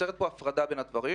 ונוצרת פה הפרדה בין הדברים.